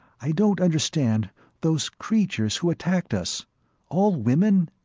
i don't understand those creatures who attacked us all women?